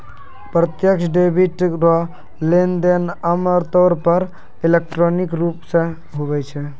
प्रत्यक्ष डेबिट रो लेनदेन आमतौर पर इलेक्ट्रॉनिक रूप से हुवै छै